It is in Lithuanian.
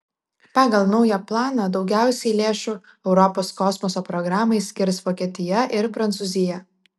pagal naują planą daugiausiai lėšų europos kosmoso programai skirs vokietija ir prancūzija